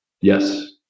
Yes